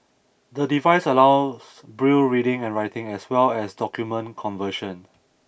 the device allows Braille reading and writing as well as document conversion